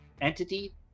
entity